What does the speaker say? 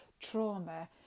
trauma